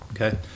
Okay